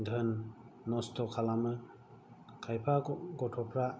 धोन नस्थ' खालामो खायफा गथ'फ्रा